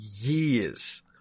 years